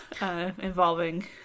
involving